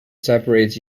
separates